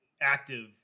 active